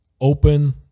open